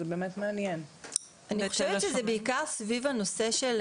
אני חושבת שזה בעיקר סביב הנושא של